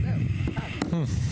הצבעה בעד 5 נגד 8 נמנעים אין לא אושר.